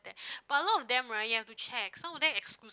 that but a lot of them right you have to check some of them exclusive